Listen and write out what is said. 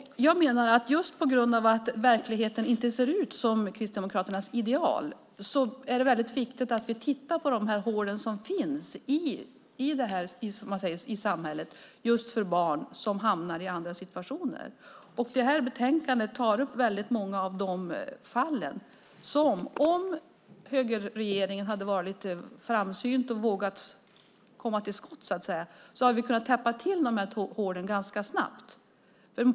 Jag menar att just på grund av att verkligheten inte ser ut som Kristdemokraternas ideal är det väldigt viktigt att vi tittar på de hål som finns i samhället för barn i olika familjesituationer. Betänkandet tar upp väldigt många av de fallen. Om högerregeringen hade varit lite framsynt och vågat komma till skott hade vi kunnat täppa till de här hålen ganska snabbt.